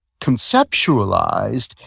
conceptualized